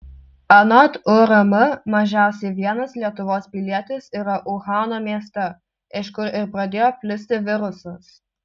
anot urm mažiausiai vienas lietuvos pilietis yra uhano mieste iš kur ir pradėjo plisti virusas